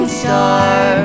star